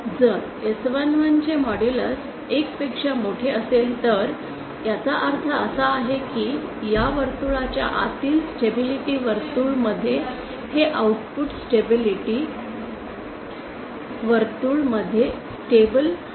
जर S11 चे modulus 1 पेक्षा मोठे असेल तर याचा अर्थ असा आहे की या वर्तुळाच्या आतील स्टेबिलिटी वर्तुळ मध्ये हे आउटपुट स्टेबिलिटी वर्तुळ मध्ये स्टेबल क्षेत्र आहे